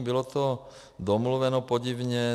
Bylo to domluveno podivně.